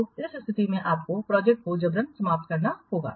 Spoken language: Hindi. तो उस स्थिति में आपको प्रोजेक्ट को जबरन समाप्त करना होगा